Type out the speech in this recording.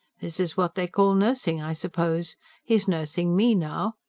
this is what they call nursing, i suppose he's nursing me now!